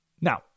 Now